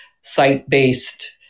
site-based